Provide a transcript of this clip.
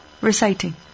reciting